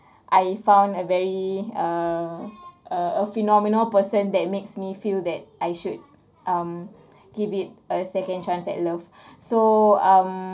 I found a very err uh a phenomenal person that makes me feel that I should um give it a second chance at love so um